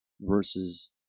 versus